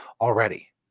already